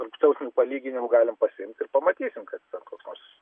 tarptautinių palyginimų galim pasiimt ir pamatysim kas ten koks nors